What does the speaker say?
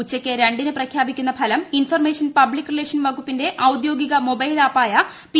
ഉച്ചക്ക് രണ്ടിന് പ്രഖ്യാപിക്കുന്ന ഫലം ഇൻഫർമേഷൻ പബ്ളിക് റിലേഷൻസ് വകുപ്പിന്റെ ഔദ്യോഗിക മൊബൈൽ ആപ്പായ പ്രി